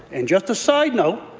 and just a side note,